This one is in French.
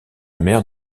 mer